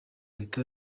leta